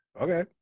Okay